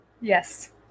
Yes